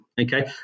okay